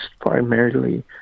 primarily